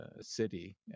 city